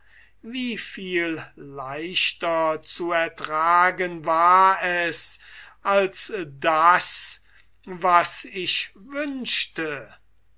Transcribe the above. wie viel leichter war es als das was ich wünschte